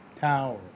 Tower